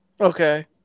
Okay